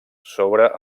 sobre